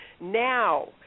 now